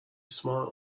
smile